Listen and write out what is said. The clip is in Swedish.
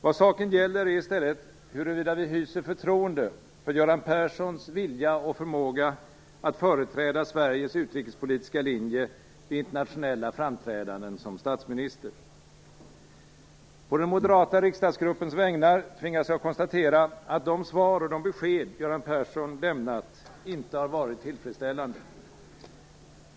Vad saken gäller är i stället huruvida vi hyser förtroende för Göran Perssons vilja och förmåga att företräda Sveriges utrikespolitiska linje vid internationella framträdanden som statsminister. Å den moderata riksdagsgruppens vägnar tvingas jag konstatera att de svar och besked som Göran Persson lämnat inte har varit tillfredsställande.